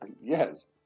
yes